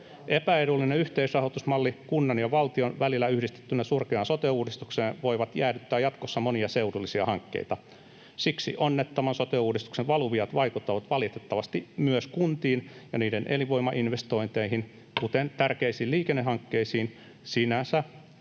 Epäedullinen yhteisrahoitusmalli kunnan ja valtion välillä yhdistettynä sur-keaan sote-uudistukseen voi jäädyttää jatkossa monia seudullisia hankkeita. Siksi onnettoman sote-uudistuksen valuviat vaikuttavat valitettavasti myös kuntiin ja niiden elinvoimainvestointeihin, kuten tärkeisiin liikennehankkeisiin, sinänsä